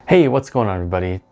hey what's going on everybody?